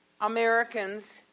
Americans